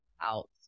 out